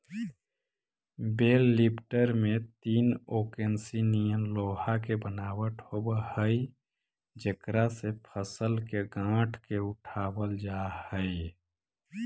बेल lifter में तीन ओंकसी निअन लोहा के बनावट होवऽ हई जेकरा से फसल के गाँठ के उठावल जा हई